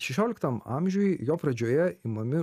šešioliktam amžiuj jo pradžioje imami